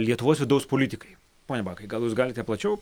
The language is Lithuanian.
lietuvos vidaus politikai pone bakai gal jūs galite plačiau